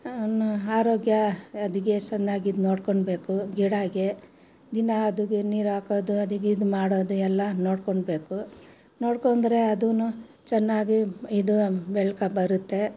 ಆರೋಗ್ಯ ಅದಕ್ಕೆ ಸಣ್ಣಗಿದ್ದು ನೋಡ್ಕೊಳ್ಬೇಕು ಗಿಡಕ್ಕೆ ದಿನಾ ಅದಕ್ಕೆ ನೀರು ಹಾಕೋದು ಅದಕ್ಕೆ ಇದು ಮಾಡೋದು ಎಲ್ಲ ನೋಡ್ಕೊಳ್ಬೇಕು ನೋಡ್ಕೊಂಡ್ರೆ ಅದೂ ಚೆನ್ನಾಗಿ ಇದು ಬೆಳ್ಕೊ ಬರುತ್ತೆ